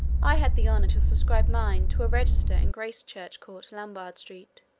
i had the honour to subscribe mine to a register in gracechurch-court, lombard-street.